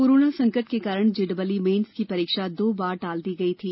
corona संकट के कारण जेईई मेन्स की परीक्षा दो बार टाल दी गई थी